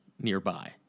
nearby